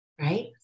right